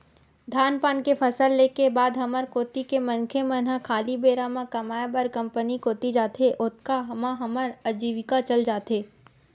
धान पान के फसल ले के बाद हमर कोती के मनखे मन ह खाली बेरा म कमाय बर कंपनी कोती जाथे, ओतका म हमर अजीविका चल जाथे